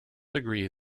degree